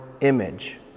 image